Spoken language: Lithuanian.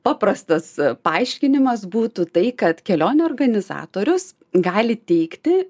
paprastas paaiškinimas būtų tai kad kelionių organizatorius gali teikti